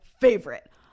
favorite